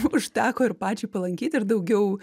užteko ir pačiai palankyti ir daugiau